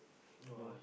no